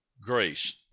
grace